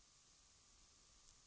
av detta slag närmare Öövervägs.